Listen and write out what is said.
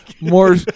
More